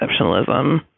exceptionalism